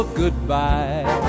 goodbye